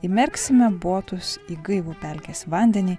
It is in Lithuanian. įmerksime botus į gaivų pelkės vandenį